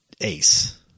ace